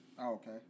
okay